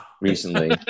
recently